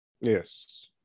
Yes